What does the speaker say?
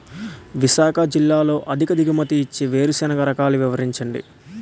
విశాఖ జిల్లాలో అధిక దిగుమతి ఇచ్చే వేరుసెనగ రకాలు వివరించండి?